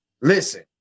Listen